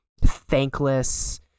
thankless